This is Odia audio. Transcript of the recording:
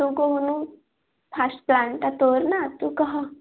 ତୁ କହୁନୁ ଫାଷ୍ଟ୍ ପ୍ଲାନ୍ଟା ତୋର ନା ତୁ କହ